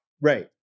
Right